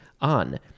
on